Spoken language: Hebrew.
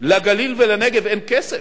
לגליל ולנגב אין כסף?